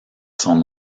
son